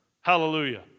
Hallelujah